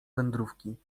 wędrówki